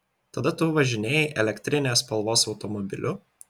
tada tu važinėjai elektrinės spalvos automobiliu